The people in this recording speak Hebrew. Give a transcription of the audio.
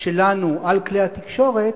שלנו על כלי התקשורת,